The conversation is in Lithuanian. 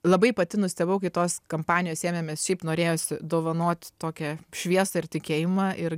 labai pati nustebau kai tos kampanijos ėmėmės šiaip norėjosi dovanot tokią šviesą ir tikėjimą ir